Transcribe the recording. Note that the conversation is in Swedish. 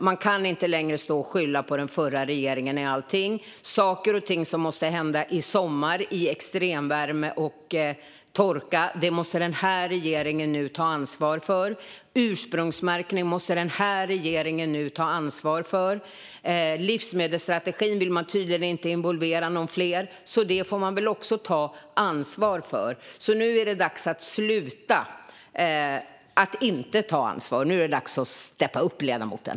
Man kan inte längre skylla allting på den förra regeringen, utan saker och ting måste hända i sommar med tanke på extremvärme och torka. Detta måste den här regeringen nu ta ansvar för. Ursprungsmärkningen måste den här regeringen nu ta ansvar för. När det gäller livsmedelsstrategin vill man tydligen inte involvera några fler, så det får man också ta ansvar för. Nu är det dags att sluta att inte ta ansvar. Nu är det dags att steppa upp, ledamoten.